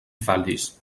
falis